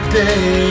day